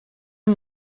amb